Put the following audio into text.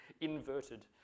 inverted